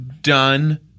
done